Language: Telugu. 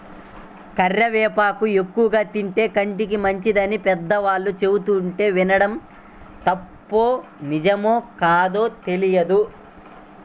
కరివేపాకు ఎక్కువగా తింటే కంటికి మంచిదని పెద్దవాళ్ళు చెబుతుంటే వినడమే తప్ప నిజమో కాదో తెలియదు